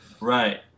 Right